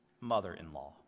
mother-in-law